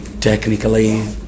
technically